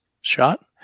shot